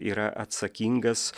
yra atsakingas